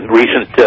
recent